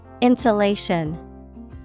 Insulation